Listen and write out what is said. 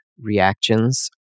reactions